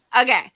okay